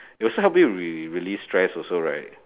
it also help you re~ relieve stress also right